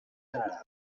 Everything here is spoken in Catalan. generals